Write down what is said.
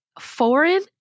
foreign